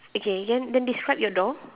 okay then then describe your door